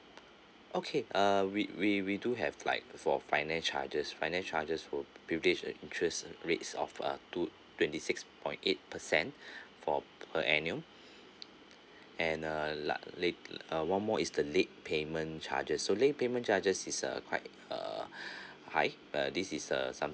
okay uh we we we do have like for finance charges finance charges will an interest rates of uh two twenty six point eight percent for per annum and uh like late uh one more is the late payment charges so late payment charges is a quite uh high uh this is uh some